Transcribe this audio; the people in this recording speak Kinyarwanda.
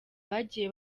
bagiye